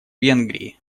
венгрии